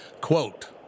Quote